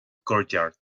courtyard